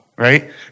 right